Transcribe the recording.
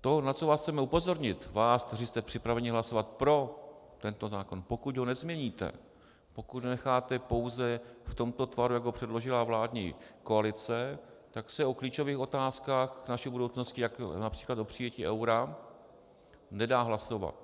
to, na co vás chceme upozornit, vás, kteří jste připraveni hlasovat pro tento zákon, pokud ho nezměníte, pokud ho necháte pouze v tomto tvaru, jak ho předložila vládní koalice, tak se o klíčových otázkách naší budoucnosti, jako například o přijetí eura, nedá hlasovat.